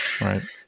Right